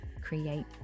create